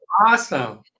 Awesome